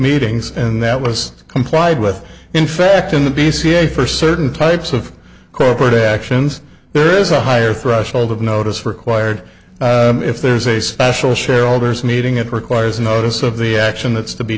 meetings and that was complied with in fact in the p c a for certain types of corporate actions there is a higher threshold of notice required if there's a special shareholders meeting it requires notice of the action that's to be